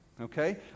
okay